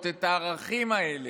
את הערכים האלה